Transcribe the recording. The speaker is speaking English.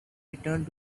returned